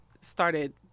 started